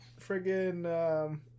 friggin